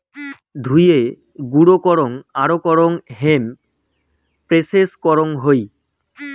ধুয়ে, গুঁড়ো করং আরো করং হেম্প প্রেসেস করং হই